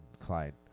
Clyde